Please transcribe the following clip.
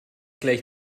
gleich